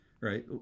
right